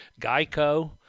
Geico